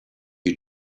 you